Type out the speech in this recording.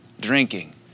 drinking